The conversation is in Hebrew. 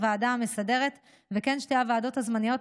הוועדה המסדרת וכן שתי הוועדות הזמניות,